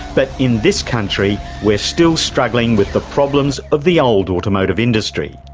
but in this country we're still struggling with the problems of the old automotive industry,